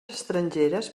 estrangeres